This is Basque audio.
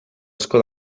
asko